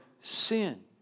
sin